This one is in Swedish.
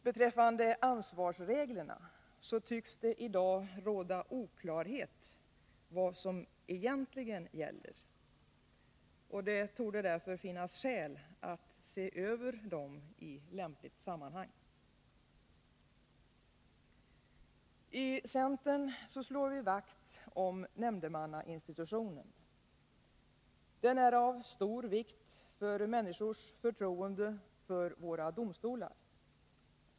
Beträffande ansvarsreglerna tycks det i dag råda oklarhet om vad som egentligen gäller. Det torde därför finnas skäl att se över dessa i lämpligt sammanhang. I centern slår vi vakt om nämndemannainstitutionen. Den är av stor vikt för människors förtroende för våra domstolar.